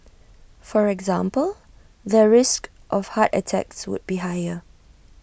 for example their risk of heart attacks would be higher